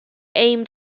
aimed